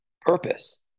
purpose